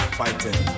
fighting